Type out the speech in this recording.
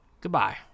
Goodbye